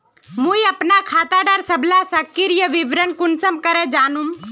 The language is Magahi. मुई अपना खाता डार सबला सक्रिय विवरण कुंसम करे जानुम?